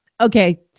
Okay